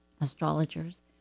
astrologers